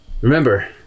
remember